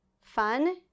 fun